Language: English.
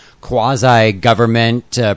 quasi-government